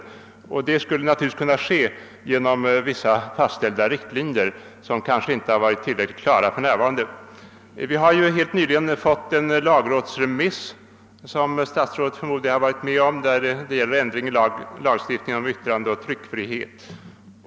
Ett sådant förebyggande skulle naturligtvis kunna åstadkommas genom vissa fastställda riktlinjer. De riktlinjerna har kanske inte varit tillräckligt klara hittills. Vi har helt nyligen fått en lagrådsremiss — som utbildningsministern har varit med om, förmodar jag — som gäller ändring i lagstiftningen om yttrandeoch tryckfrihet.